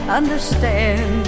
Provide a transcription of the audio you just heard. understand